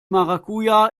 maracuja